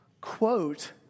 quote